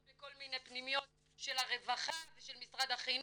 בכל מיני פנימיות של הרווחה ושל משרד החינוך,